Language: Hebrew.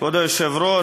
כבוד היושב-ראש,